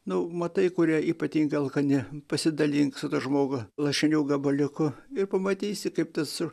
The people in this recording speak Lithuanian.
nu matai kurie ypatingai alkani pasidalink su žmogu lašinių gabaliuku ir pamatysi kaip tas su